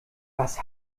was